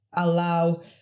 allow